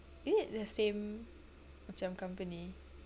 is it the same macam company